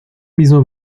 mismo